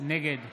נגד